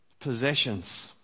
possessions